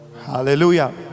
hallelujah